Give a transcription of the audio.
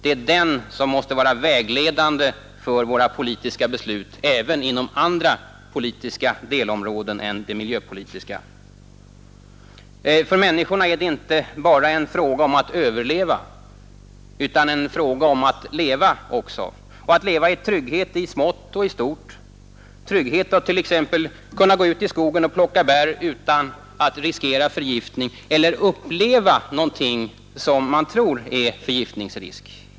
Det är den som måste vara vägledande för våra politiska beslut även inom andra politiska delområden än det miljöpolitiska. För människorna är det inte bara en fråga om att överleva, utan det är också fråga om att leva — och att leva i trygghet i smått och stort, trygghet att t.ex. kunna gå ut i skogen och plocka bär utan att riskera förgiftning eller uppleva något som man tror är förgiftningsrisk.